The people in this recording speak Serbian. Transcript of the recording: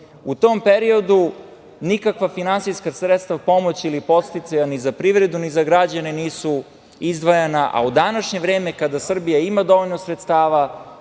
tom periodu nikakva finansijska sredstva pomoći ili podsticaja ni za privredu ni za građane nisu izdvajana, a u današnje vreme, kada Srbija ima dovoljno sredstava,